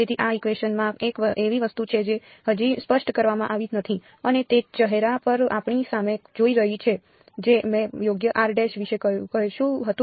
તેથી આ ઇકવેશન માં એક એવી વસ્તુ છે જે હજી સ્પષ્ટ કરવામાં આવી નથી અને તે ચહેરા પર આપણી સામે જોઈ રહી છે જે મેં યોગ્ય વિશે કશું કહ્યું નથી